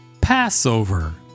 Passover